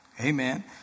Amen